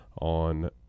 on